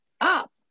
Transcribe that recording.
up